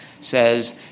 says